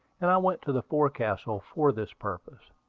and i went to the forecastle for this purpose.